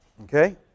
Okay